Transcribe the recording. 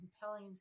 compelling